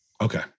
Okay